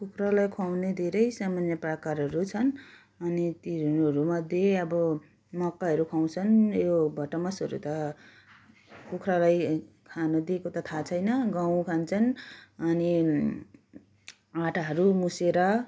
कुखुरालाई खुवाउने धेरै सामान्य प्रकारहरू छन् अनि तीहरू मध्ये अब मकैहरू खाछन् यो भटमासहरू त कुकुरालाई खानु दिएको त थाह छैन गहुँ खान्छन् अनि आटाहरू मुछेर